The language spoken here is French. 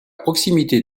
proximité